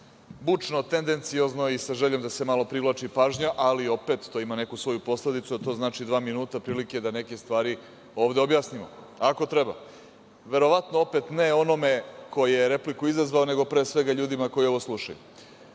bučno, tendenciozno i sa željom da se malo privlači pažnja, ali opet to ima neku svoju posledicu, a to znači dva minuta prilike da neke stvari ovde objasnimo, ako treba. Verovatno opet ne onome ko je repliku izazvao, nego pre svega ljudima koji ovo slušaju. Prva